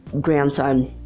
grandson